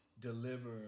deliver